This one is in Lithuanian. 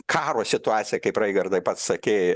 karo situacija kaip raigardai pats sakei